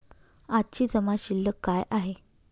आजची जमा शिल्लक काय आहे?